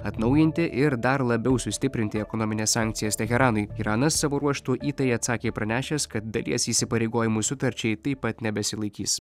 atnaujinti ir dar labiau sustiprinti ekonomines sankcijas teheranui iranas savo ruožtu į tai atsakė pranešęs kad dalies įsipareigojimų sutarčiai taip pat nebesilaikys